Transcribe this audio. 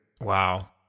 Wow